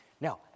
Now